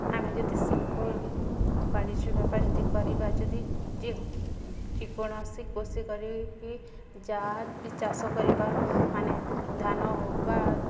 ଆମେ ଯଦି ଶିଳ୍ପ ବାଣିଜ୍ୟ ବେପାର ଯଦି କରିବା ଯଦି ଯେ ଯେକୌଣସି କୃଷି କରିକି ଯାହା ବି ଚାଷ କରିବା ମାନେ ଧାନ ହେଉ ବା